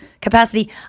capacity